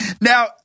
now